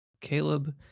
Caleb